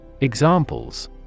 Examples